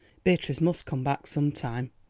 beatrice must come back some time.